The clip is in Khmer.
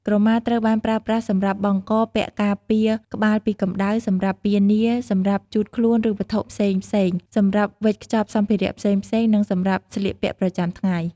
ក្រមាត្រូវបានប្រើប្រាស់សម្រាប់បង់ក ពាក់ការពារក្បាលពីកម្ដៅ សម្រាប់ពានា សម្រាប់ជូតខ្មួនឬវត្ថុផ្សេងៗ សម្រាប់វេចខ្ចប់សម្ភារៈផ្សេងៗ និងសម្រាប់ស្លៀកពាក់ប្រចាំថ្ងៃ។